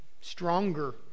stronger